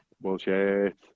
Bullshit